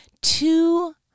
Two